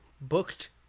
Booked